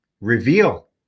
reveal